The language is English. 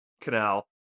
canal